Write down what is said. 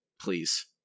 please